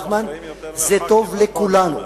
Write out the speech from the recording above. זה טוב לכולנו,